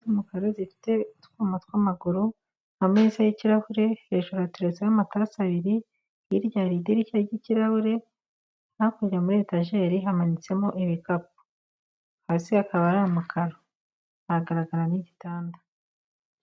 Umukara zifite utwuma tw'amaguru ameza y'ikirahure hejuru hateretseho amatasi abiri hirya hari idirishya ry'ikirahure hakurya muri etajeri hamanitsemo ibikapu hasi hakaba hari amakaro ahagaragara n'igitanda.